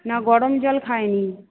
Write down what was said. না গরম জল খাইনি